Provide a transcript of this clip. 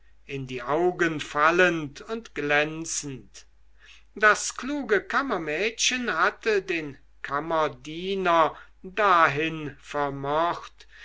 in die augen fallend und glänzend das kluge kammermädchen hatte den kammerdiener dahin vermocht